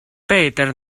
peter